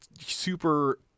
super